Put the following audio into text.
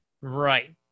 right